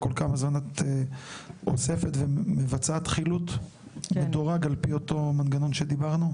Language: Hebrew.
וכל כמה זמן את אוספת ומבצעת חילוט מדורג על פי אותו מנגנון שדיברנו?